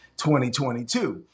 2022